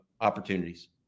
opportunities